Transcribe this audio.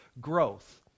growth